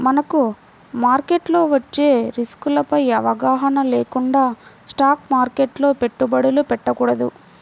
మనకు మార్కెట్లో వచ్చే రిస్కులపై అవగాహన లేకుండా స్టాక్ మార్కెట్లో పెట్టుబడులు పెట్టకూడదు